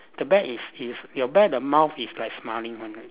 the bear is is your bear the mouth is like smiling one right